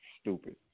stupid